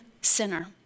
sinner